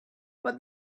but